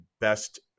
best